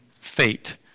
fate